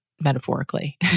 metaphorically